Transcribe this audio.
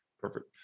Perfect